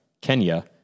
Kenya